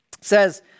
says